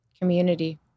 Community